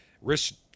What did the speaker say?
risk